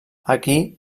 aquí